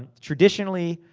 traditionally,